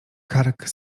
kark